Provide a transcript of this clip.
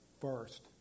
first